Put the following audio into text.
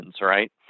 right